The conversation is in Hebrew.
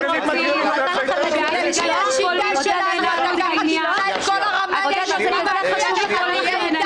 תצביעו בעד החוק ואל תספרו סיפורים.